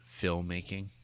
filmmaking